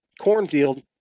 cornfield